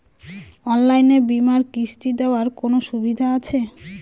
অনলাইনে বীমার কিস্তি দেওয়ার কোন সুবিধে আছে?